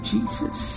Jesus